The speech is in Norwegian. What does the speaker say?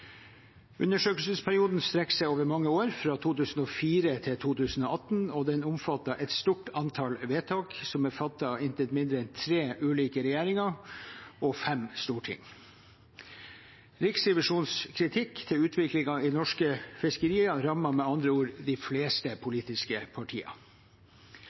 Undersøkelsesperioden strekker seg over mange år, fra 2004 til 2018, og den omfatter et stort antall vedtak som er fattet av intet mindre enn tre ulike regjeringer og fem storting. Riksrevisjonens kritikk av utviklingen av norske fiskerier rammer med andre ord de fleste politiske partiene.